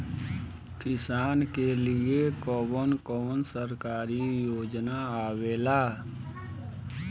किसान के लिए कवन कवन सरकारी योजना आवेला?